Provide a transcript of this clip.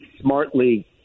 smartly